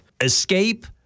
Escape